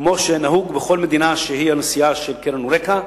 כמו שנהוג בכל מדינה שהיא הנשיאה של קרן "אוריקה".